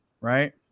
right